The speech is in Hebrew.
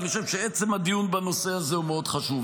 ואני חושב שעצם הדיון בנושא הזה הוא מאוד חשוב.